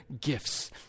gifts